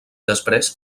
després